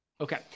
okay